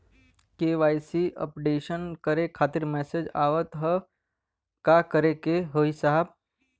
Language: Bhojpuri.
के.वाइ.सी अपडेशन करें खातिर मैसेज आवत ह का करे के होई साहब?